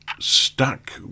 stuck